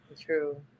True